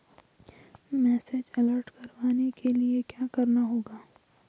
Message alert करवाने के लिए क्या करना होगा?